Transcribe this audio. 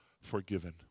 forgiven